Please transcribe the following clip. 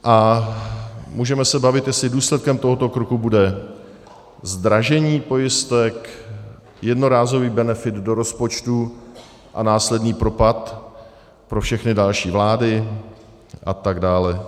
A můžeme se bavit, jestli důsledkem tohoto kroku bude zdražení pojistek, jednorázový benefit do rozpočtu a následný propad pro všechny další vlády, a tak dále.